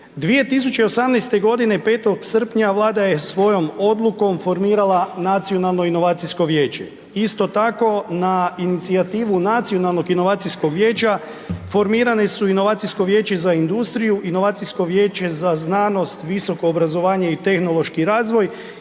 2018. godine, 5. srpnja Vlada je svojom odlukom formirala Nacionalno inovacijsko vijeće. Isto tako, na inicijativnu NIV-a formirani su inovacijsko vijeće za industriju, inovacijsko vijeće za znanost, visoko obrazovanje i tehnološki razvoj